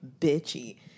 bitchy